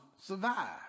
survive